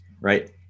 right